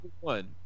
one